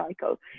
cycle